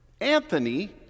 Anthony